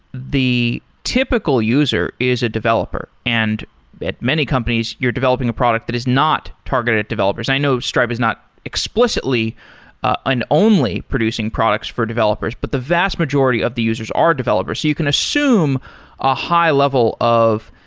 the typical user is a developer and at many companies, you're developing a product that is not targeted at developers. i know stripe is not explicitly an only producing products for developers, but the vast majority of the users are developers. you can assume a high-level of